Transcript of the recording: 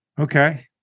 Okay